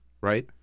right